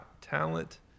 talent